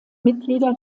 mitglieder